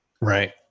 Right